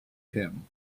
him